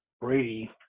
Brady